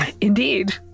Indeed